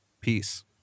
Peace